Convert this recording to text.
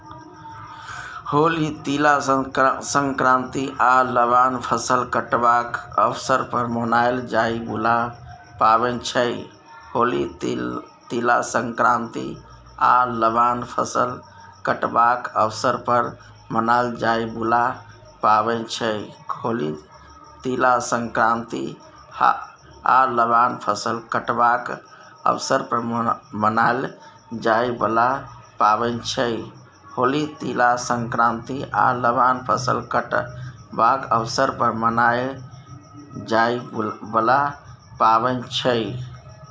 होली, तिला संक्रांति आ लबान फसल कटबाक अबसर पर मनाएल जाइ बला पाबैन छै